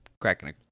Cracking